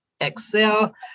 Excel